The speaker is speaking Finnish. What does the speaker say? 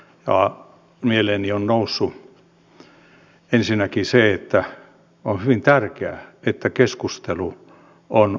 mieleeni on noussut ensinnäkin se että on hyvin tärkeää että keskustelu on oikeasuhtaista